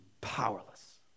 powerless